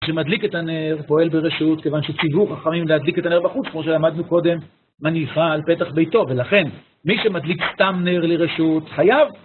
מי שמדליק את הנר פועל ברשות, כיוון שציוו חכמים להדליק את הנר בחוץ, כמו שלמדנו קודם, מניחה על פתח ביתו, ולכן מי שמדליק סתם נר לרשות חייב